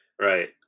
Right